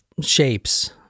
shapes